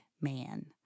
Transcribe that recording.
man